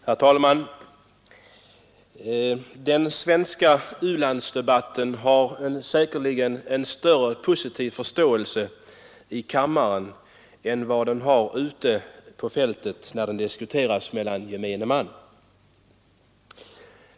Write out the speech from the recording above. Herr talman! Den svenska u-hjälpen röner säkerligen större förståelse i kammaren än vad den gör när den diskuteras av gemene man.